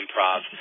improv